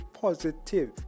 positive